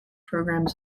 programs